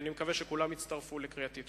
אני מקווה שכולם יצטרפו לקריאתי.